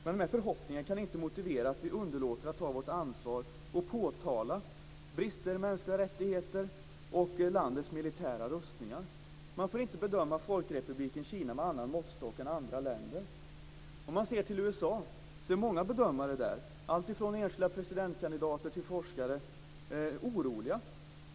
Men förhoppningarna kan inte motivera att vi underlåter att ta vårt ansvar att påtala brister i mänskliga rättigheter och landets militära rustningar. Man får inte bedöma Folkrepubliken Kina med annan måttstock än andra länder. Om man ser till USA är många bedömare där, alltifrån enskilda presidentkandidater till forskare, oroliga.